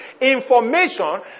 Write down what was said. Information